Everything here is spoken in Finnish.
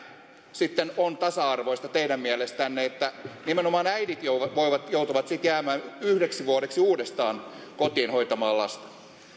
sitten on tasa arvoista teidän mielestänne että nimenomaan äidit joutuvat jäämään yhdeksi vuodeksi uudestaan kotiin hoitamaan lasta